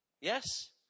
Yes